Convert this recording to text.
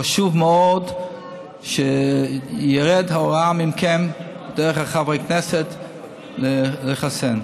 חשוב מאוד שתרד ההוראה מכם, דרך חברי הכנסת, לחסן.